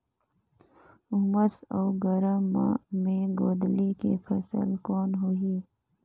उमस अउ गरम मे गोंदली के फसल कौन होही?